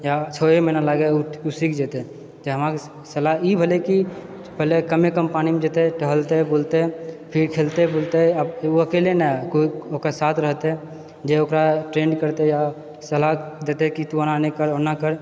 या छओ महीना लागय ओ सीख जेतए हमर सलाह ई भेलै कि पहले कमे कम पानिमे जेतए टहलतेै बुलतेै फिर खेलतेै कूदतेै ओ अकेले नहि केओ केओ ओकर साथ रहतेै जे ओकरा ट्रेन्ड करतेै आ सलाह देतेै कि तोंँ एना नहि कर ओना कर